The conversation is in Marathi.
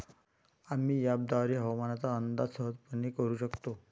आम्ही अँपपद्वारे हवामानाचा अंदाज सहजपणे करू शकतो